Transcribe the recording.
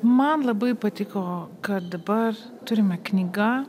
man labai patiko kad dabar turime knyga